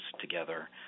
together